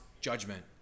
judgment